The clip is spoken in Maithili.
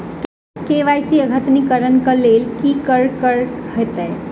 के.वाई.सी अद्यतनीकरण कऽ लेल की करऽ कऽ हेतइ?